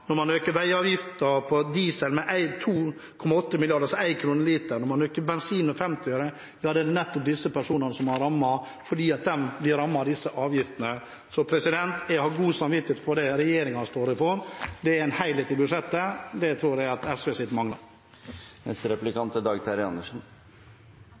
Når man øker veiavgiften på diesel med 2,8 mrd. kr, altså 1 kr per liter, og man øker for bensin med 50 øre, da er det nettopp disse personene man har rammet, fordi de blir rammet av disse avgiftene. Så jeg har god samvittighet for det regjeringen står for. Det er en helhet i budsjettet. Det tror jeg SVs budsjett mangler. Det var en ganske interessant belæring av representanten Karin Andersen